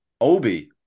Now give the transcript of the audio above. Obi